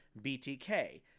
BTK